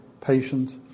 patient